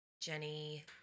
jenny